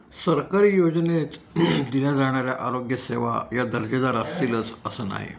सरकारी योजनेत दिल्या जाणाऱ्या आरोग्य सेवा या दर्जेदार असतीलच असं नाही